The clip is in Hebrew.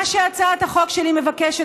מה שהצעת החוק שלי מבקשת,